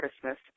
Christmas